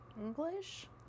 English